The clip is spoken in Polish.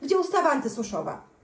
Gdzie ustawa antysuszowa?